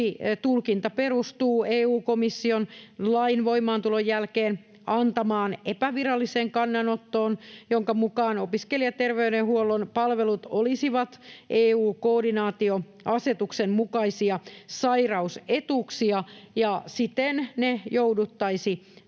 tulkinta perustuu EU-komission lain voimaantulon jälkeen antamaan epäviralliseen kannanottoon, jonka mukaan opiskelijaterveydenhuollon palvelut olisivat EU-koordinaatioasetuksen mukaisia sairaus-etuuksia ja siten niitä jouduttaisiin